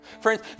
Friends